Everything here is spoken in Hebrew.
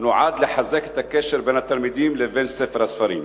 נועד לחזק את הקשר בין התלמידים לבין ספר הספרים.